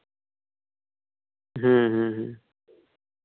ᱦᱮᱸ ᱦᱮᱸ